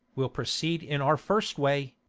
we'll proceed in our first way.